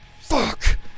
fuck